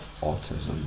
autism